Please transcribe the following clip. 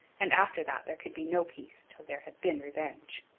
and after that there could be no peace till there had been revenge.